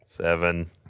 Seven